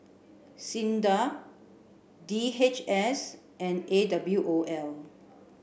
SINDA D H S and A W O L